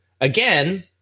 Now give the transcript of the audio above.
again